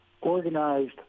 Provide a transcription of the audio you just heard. organized